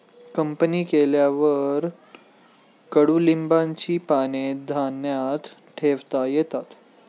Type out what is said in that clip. company केल्यावर कडुलिंबाची पाने धान्यात ठेवता येतात